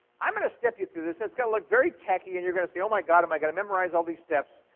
i'm going to step you through this. it's going to look very techy, and you're going to say, oh, my god, am i going to memorize all these steps?